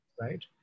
right